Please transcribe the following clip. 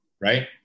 Right